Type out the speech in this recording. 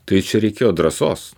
tai reikėjo drąsos